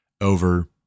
over